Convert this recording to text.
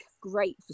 great